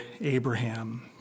Abraham